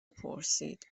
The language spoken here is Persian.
پرسید